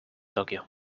tokyo